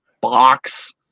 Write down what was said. box